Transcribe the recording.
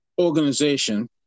organization